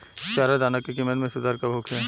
चारा दाना के किमत में सुधार कब होखे?